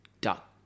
duck